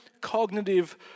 cognitive